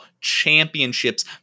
championships